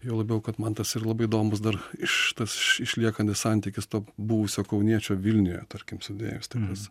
juo labiau kad man tas ir labai įdomus dar iš tas išliekantis santykis to buvusio kauniečio vilniuje tarkim sudėjus tokius